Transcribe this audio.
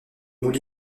moule